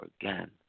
again